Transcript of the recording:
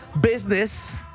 business